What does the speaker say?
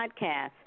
podcast